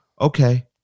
okay